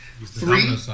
Three